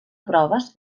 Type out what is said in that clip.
proves